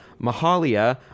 mahalia